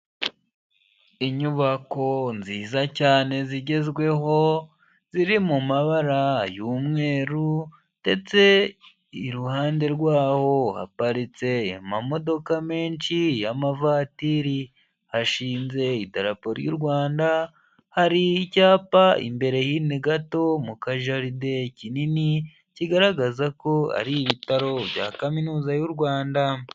Inyubako nziza cyane zigezweho, ziri mu mabara y'umweru ndetse iruhande rw'aho haparitse amamodoka menshi y'amavatiri, hashinze idarapo ry'u Rwanda, hari icyapa imbere hino gato mu kajaride kinini, kigaragaza ko ari ibitaro bya Kaminuza y'u Rwanda.